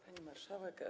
Pani Marszałek!